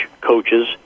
coaches